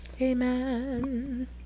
Amen